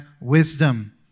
wisdom